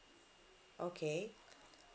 okay